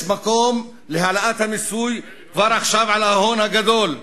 יש מקום להעלאת המיסוי, כבר עכשיו, על ההון הגדול.